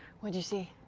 what'd you see?